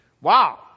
Wow